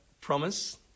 promise